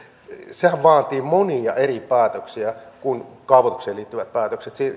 sehän vaatii monia eri päätöksiä kuin kaavoitukseen liittyviä päätöksiä